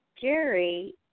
Jerry